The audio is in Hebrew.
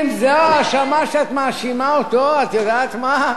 אם זו ההאשמה שאת מאשימה אותו, את יודעת מה?